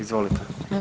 Izvolite.